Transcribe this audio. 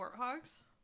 Warthogs